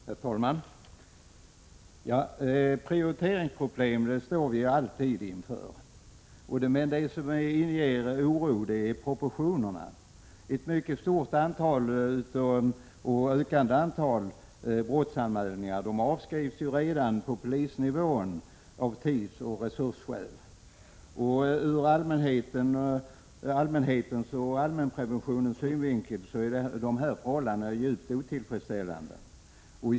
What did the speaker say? Herr talman! Prioriteringsproblem står vi alltid inför, men det som inger oro är proportionerna. Ett ökande antal brottsanmälningar avskrivs av tidsoch resursskäl redan på polisnivå. Ur allmänhetens och allmänpreventionens synvinkel är detta förhållande djupt otillfredsställande.